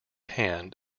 hand